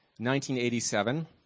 1987